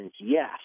yes